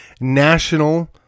national